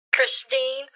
Christine